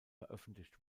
veröffentlicht